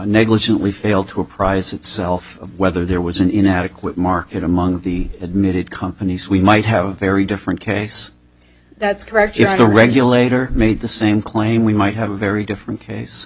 negligently failed to apprise itself whether there was an inadequate market among the admitted companies we might have very different case that's correct yes the regulator made the same claim we might have a very different case